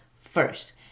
first